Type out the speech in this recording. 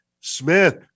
Smith